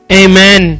amen